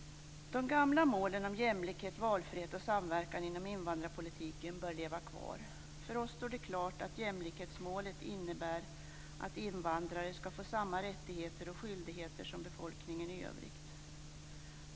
De gamla målen om jämlikhet, valfrihet och samverkan inom invandrarpolitiken bör leva kvar. För oss står det klart att jämlikhetsmålet innebär att invandrare skall få samma rättigheter och skyldigheter som befolkningen i övrigt.